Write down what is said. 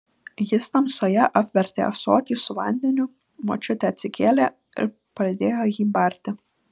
jis tamsoje apvertė ąsotį su vandeniu močiutė atsikėlė ir pradėjo jį barti